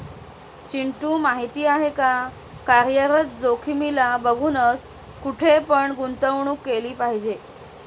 चिंटू माहिती आहे का? कार्यरत जोखीमीला बघूनच, कुठे पण गुंतवणूक केली पाहिजे